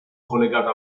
collegato